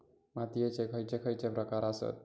मातीयेचे खैचे खैचे प्रकार आसत?